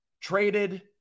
Traded